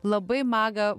labai maga